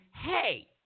hey